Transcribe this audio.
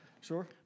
sure